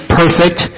perfect